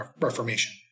Reformation